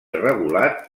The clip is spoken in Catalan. regulat